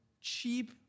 cheap